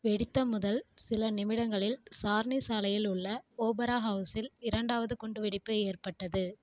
வெடித்த முதல் சில நிமிடங்களில் சார்னி சாலையில் உள்ள ஓபரா ஹவுஸில் இரண்டாவது குண்டுவெடிப்பு ஏற்பட்டது